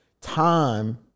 time